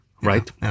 right